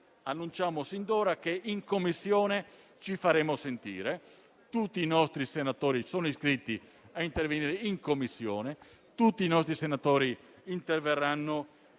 annunciamo sin d'ora che ci faremo sentire in Commissione. Tutti i nostri senatori sono iscritti a intervenire in Commissione e tutti i nostri senatori interverranno in